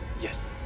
Yes